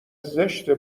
زشته